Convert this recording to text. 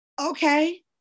Okay